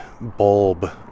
bulb